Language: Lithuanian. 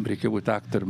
jum reikia būt aktorium